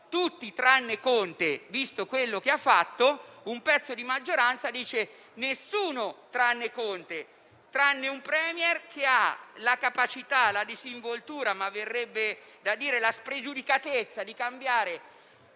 a parte Conte, visto quello che ha fatto, un pezzo della maggioranza non vuole nessuno tranne Conte, tranne, cioè, un *Premier* che ha la capacità, la disinvoltura, verrebbe da dire la spregiudicatezza di cambiare